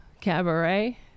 cabaret